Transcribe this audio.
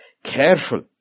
Careful